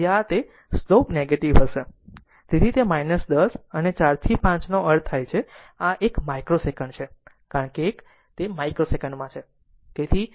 તેથી આ તે છે જે સ્લોપ નેગેટિવ હશે તેથી તે 10 અને 4 થી 5 નો અર્થ થાય છે આ 1 માઇક્રો સેકંડ છે કારણ કે તે માઇક્રો સેકંડ માં છે